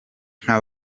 nka